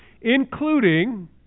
including